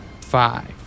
Five